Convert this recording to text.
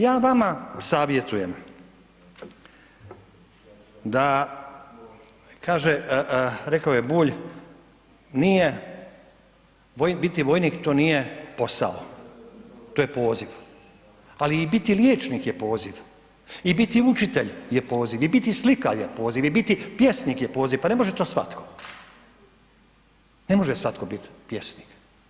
Ja vama savjetujem da kaže rekao je Bulj, biti vojnik to nije posao, to je poziv, ali biti i liječnik je poziv i biti učitelj je poziv i biti slikar je poziv i biti pjesnik je poziv, pa ne može to svatko, ne može svatko biti pjesnik.